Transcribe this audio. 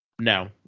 no